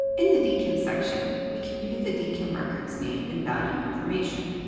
in the dkim section we can view the dkim record's name and value information.